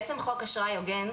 בעצם חוק אשראי הוגן,